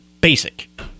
basic